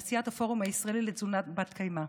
נשיאת הפורום הישראלי לתזונה בת-קיימא: